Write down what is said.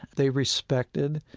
they respected